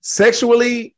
sexually